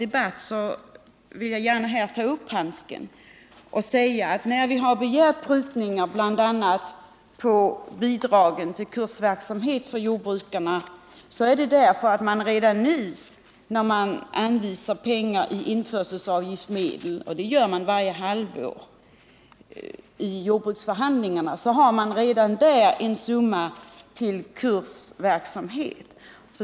Därför vill jag gärna nu ta upp handsken och säga att när vi har begärt prutningar bl.a. i fråga om bidragen till kursverksamhet för jordbrukarna så är det därför att man redan nu, när man anvisar pengar i införselsavgiftsmedel — och det gör man ju varje halvår i jordbruksförhandlingarna — har en summa till kursverksamhet.